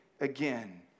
again